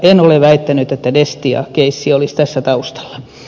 en ole väittänyt että destia keissi olisi tässä taustalla